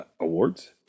awards